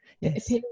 Yes